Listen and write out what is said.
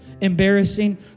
Embarrassing